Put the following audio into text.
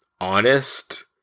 honest